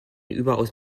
überaus